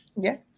Yes